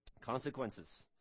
consequences